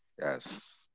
Yes